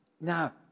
Now